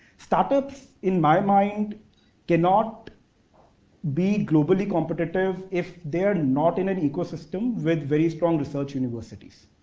startups in my mind cannot be globally competitive if they're not in an ecosystem with very strong research universities.